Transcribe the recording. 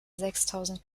sechstausend